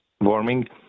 warming